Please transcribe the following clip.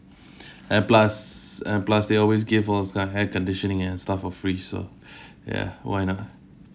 and plus and plus they always give us the air conditioning and stuff for free so ya why not